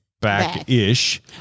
back-ish